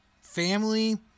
family